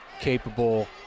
capable